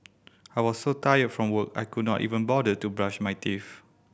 I was so tired from work I could not even bother to brush my teeth